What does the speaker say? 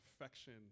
affection